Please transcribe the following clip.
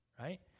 Right